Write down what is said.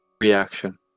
reaction